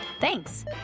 Thanks